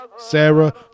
Sarah